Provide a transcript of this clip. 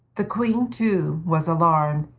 the queen, too, was alarmed.